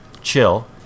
chill